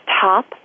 top